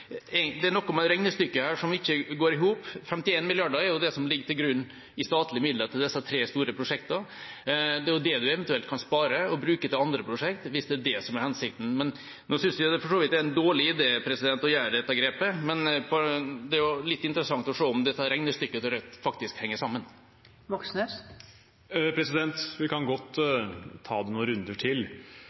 Det er noe med regnestykket her som ikke går i hop. 51 mrd. kr er det som ligger til grunn i statlige midler til disse tre store prosjektene. Det er det man eventuelt kan spare og bruke til andre prosjekt, hvis det er det som er hensikten. Nå syns jeg for så vidt det er en dårlig idé å ta dette grepet, men det er litt interessant å se om dette regnestykket til Rødt faktisk henger sammen. Vi kan godt ta det noen runder til.